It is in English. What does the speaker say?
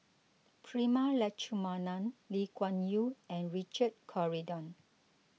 Prema Letchumanan Lee Kuan Yew and Richard Corridon